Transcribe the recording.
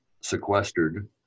sequestered